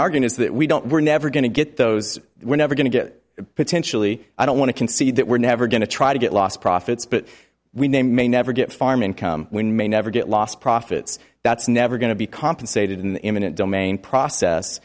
is that we don't we're never going to get those we're never going to get potentially i don't want to concede that we're never going to try to get lost profits but we may may never get farm income when may never get lost profits that's never going to be compensated in the imminent domain process